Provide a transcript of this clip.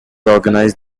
organized